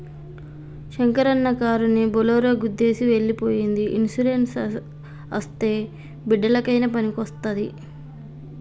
శంకరన్న కారుని బోలోరో గుద్దేసి ఎల్లి పోయ్యింది ఇన్సూరెన్స్ అస్తే బిడ్డలకయినా పనికొస్తాది